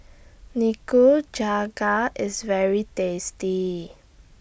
Nikujaga IS very tasty